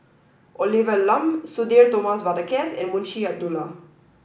Olivia Lum Sudhir Thomas Vadaketh and Munshi Abdullah